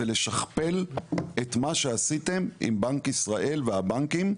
זה לשכפל את מה שעשיתם עם בנק ישראל והבנקים,